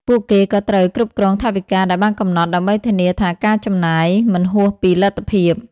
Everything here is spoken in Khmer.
ពួកគេក៏ត្រូវគ្រប់គ្រងថវិកាដែលបានកំណត់ ដើម្បីធានាថាការចំណាយមិនហួសពីលទ្ធភាព។